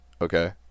okay